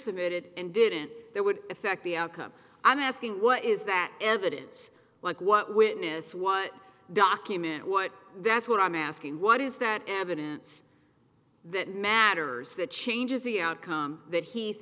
submitted and didn't that would affect the outcome i'm asking what is that evidence like what witness what document what that's what i'm asking what is that evidence that matters that changes the outcome that he